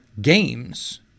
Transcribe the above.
games